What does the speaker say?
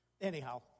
Anyhow